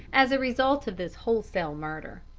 as a result of this wholesale murder.